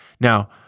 Now